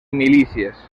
milícies